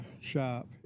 shop